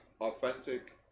authentic